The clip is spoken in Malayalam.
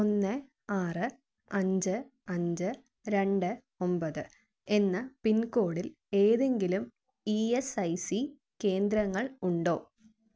ഒന്ന് ആറ് അഞ്ച് അഞ്ച് രണ്ട് ഒമ്പത് എന്ന പിൻകോഡിൽ ഏതെങ്കിലും ഇ എസ് ഐ സി കേന്ദ്രങ്ങൾ ഉണ്ടോ